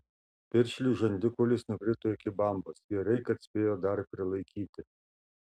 piršliui žandikaulis nukrito iki bambos gerai kad spėjo dar prilaikyti